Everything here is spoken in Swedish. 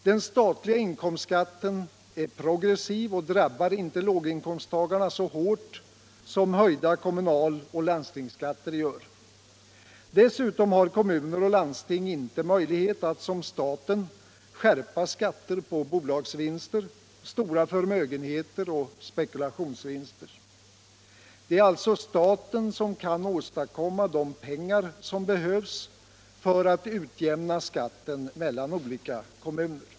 Den statliga inkomstskatten är progressiv och drabbar inte låginkomsttagarna så hårt som höjda kommunal och landstingsskatter gör. 191 gional skatteutjämningsreform Dessutom har kommuner och landsting inte möjlighet att som staten skärpa skatter på bolagsvinster, stora förmögenheter och spekulationsvinster. Det är alltså staten som kan åstadkomma de pengar som behövs för att utjämna skatten mellan olika kommuner.